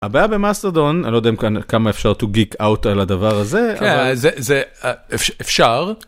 הבעיה במסטרדון אני לא יודע כמה אפשר to geek out על הדבר הזה אבל אפשר.